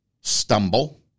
stumble